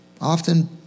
often